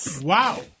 wow